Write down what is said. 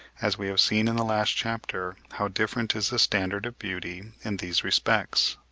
as we have seen in the last chapter how different is the standard of beauty in these respects.